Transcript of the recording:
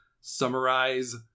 summarize